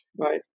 right